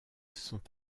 sont